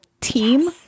team